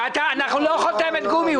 אנחנו לא חותמת גומי.